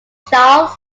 charles